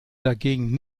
dagegen